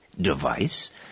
device